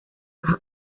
baja